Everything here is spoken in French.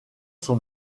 son